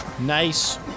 Nice